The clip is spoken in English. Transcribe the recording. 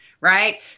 right